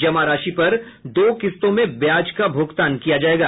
जमा राशि पर दो किस्तों में ब्याज का भूगतान किया जायेगा